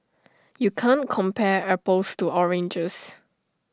you can't compare apples to oranges